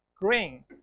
green